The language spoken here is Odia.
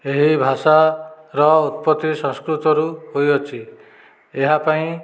ଏହି ଭାଷାର ଉତ୍ପତ୍ତି ସଂସ୍କୃତରୁ ହୋଇଅଛି ଏହା ପାଇଁ